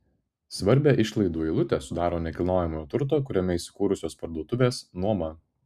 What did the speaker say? svarbią išlaidų eilutę sudaro nekilnojamojo turto kuriame įsikūrusios parduotuvės nuoma